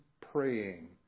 praying